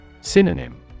Synonym